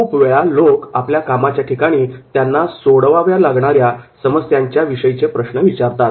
खूप वेळा लोक आपल्या कामाच्या ठिकाणी त्यांना सोडवाव्या लागणाऱ्या समस्यांविषयीचे प्रश्न विचारतात